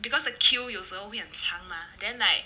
because the queue 有时候会很长 mah then like